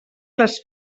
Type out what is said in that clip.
les